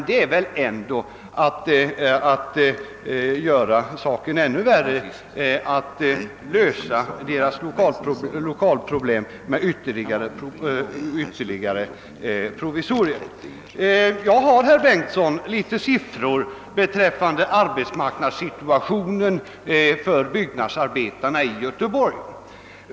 Det är väl ändå att göra saken ännu värre om man löser lokalproblemen med ytterligare provisorier! Jag har, herr Bengtson, en del siffror beträffande arbetsmarknadssituationen för byggnadsarbetarna i Göteborg.